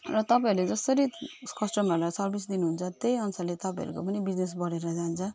र तपाईँहरूले जसरी कस्टमरहरूलाई सर्भिस दिनुहुन्छ त्यही अनुसारले तपाईँहरूको पनि बिजनेस बढेर जान्छ